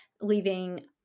leaving